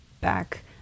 back